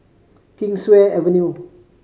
Kingswear Avenue